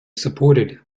supported